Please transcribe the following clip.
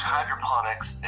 Hydroponics